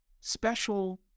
special